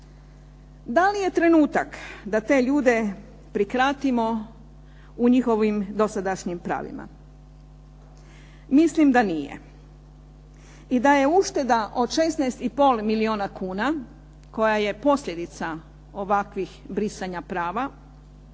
Da li je trenutak da te ljude prikratimo u njihovim dosadašnjim pravima? Mislim da nije i da nije ušteda od 16,5 milijuna kuna, koja je posljedica ovakvih brisanja prava,